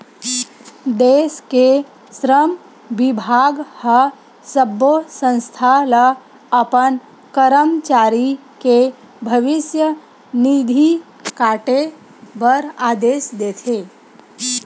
देस के श्रम बिभाग ह सब्बो संस्था ल अपन करमचारी के भविस्य निधि काटे बर आदेस देथे